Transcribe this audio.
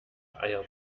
eier